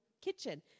kitchen